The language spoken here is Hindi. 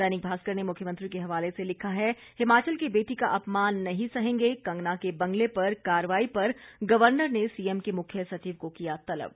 दैनिक भास्कर ने मुख्यमंत्री के हवाले से लिखा है हिमाचल की बेटी का अपमान नहीं सहेंगे कंगना के बंगले पर कार्रवाई पर गर्वनर ने सीएम के मुख्य सचिव को किया तलब